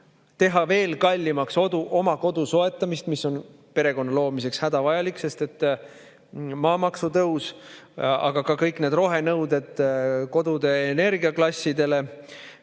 teha veel kallimaks ka oma kodu soetamise, mis on perekonna loomiseks hädavajalik, sest maamaksu tõus, aga ka kõik need rohenõuded kodude energiaklassidele